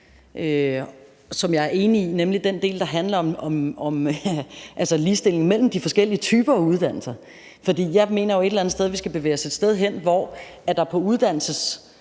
som jeg er enig i, nemlig den del, der handler om ligestilling mellem de forskellige typer af uddannelser. For jeg mener jo et eller andet sted, at vi skal bevæge os et sted hen, hvor der på ungdomsuddannelserne